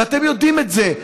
ואתם יודעים את זה.